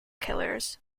killers